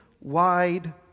wide